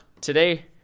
Today